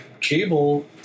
Cable